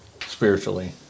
spiritually